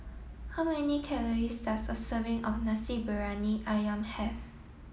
how many calories does a serving of Nasi Briyani Ayam have